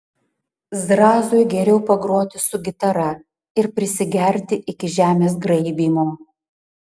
zrazui geriau pagroti su gitara ir prisigerti iki žemės graibymo